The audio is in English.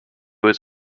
was